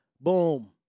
boom